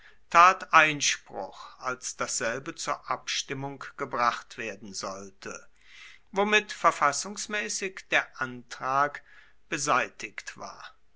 tat einspruch als dasselbe zur abstimmung gebracht werden sollte womit verfassungsmäßig der antrag beseitigt war